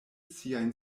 siajn